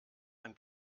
ein